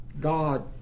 God